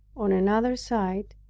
on another side,